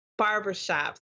barbershops